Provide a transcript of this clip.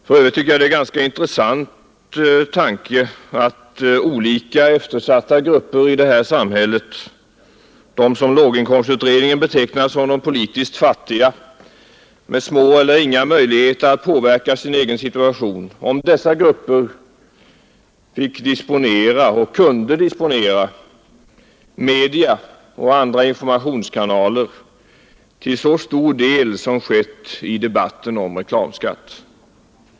För övrigt tycker jag det är en ganska intressant tanke om olika eftersatta grupper i samhället — de som låginkomstutredningen har betecknat som de politiskt fattiga med små eller inga möjligheter att påverka sin situation — fick och kunde disponera media och andra informationskanaler till så stor del som skett i debatten om reklamskatten.